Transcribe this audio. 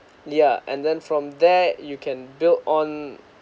ya and then from there you can build on